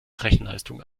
rechenleistung